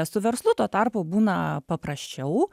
su verslu tuo tarpu būna paprasčiau